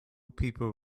people